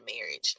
marriage